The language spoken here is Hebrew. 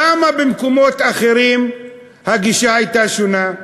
למה במקומות אחרים הגישה הייתה שונה?